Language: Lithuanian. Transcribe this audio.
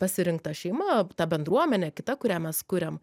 pasirinkta šeima ta bendruomenė kita kurią mes kuriam